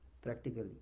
Practically